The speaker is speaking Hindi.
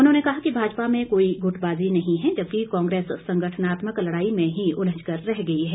उन्होंने कहा कि भाजपा में कोई गुटबाजी नहीं है जबकि कांग्रेस संगठनात्मक लड़ाई में ही उलझ कर रह गई है